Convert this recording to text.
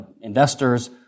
investors